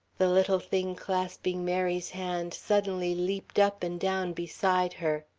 the little thing clasping mary's hand suddenly leaped up and down beside her.